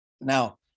Now